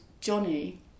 Johnny